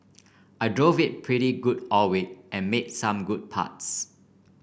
I drove it pretty good all week and made some good putts